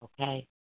okay